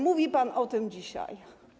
Mówił pan o tym dzisiaj.